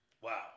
Wow